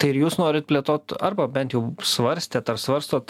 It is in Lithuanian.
tai ir jūs norit plėtot arba bent jau svarstėt ar svarstot